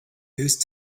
whose